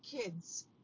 kids